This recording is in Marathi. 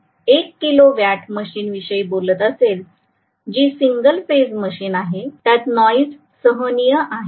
मी जर एक किलोवॅट मशीनविषयी बोलत असेन जी सिंगल फेज मशीन आहे त्यात नॉइज सहनीय आहे